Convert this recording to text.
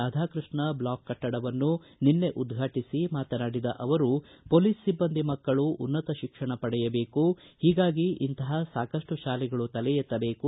Radhakrishna block ಕಟ್ಟಡವನ್ನು ನಿನ್ನೆ ಉದ್ಘಾಟಿಸಿ ಮಾತನಾಡಿದ ಅವರು ಪೊಲೀಸ್ ಸಿಬ್ಬಂದಿ ಮಕ್ಕಳು ಉನ್ನತ ಶಿಕ್ಷಣ ಪಡೆಯಬೇಕು ಹೀಗಾಗಿ ಇಂಥ ಸಾಕಷ್ಟು ಶಾಲೆಗಳು ತಲೆ ಎತ್ತಬೇಕು